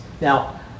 Now